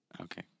Okay